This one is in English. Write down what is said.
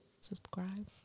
subscribe